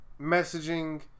messaging